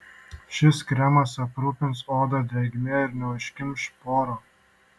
šis kremas aprūpins odą drėgme ir neužkimš porų